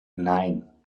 nein